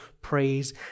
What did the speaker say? praise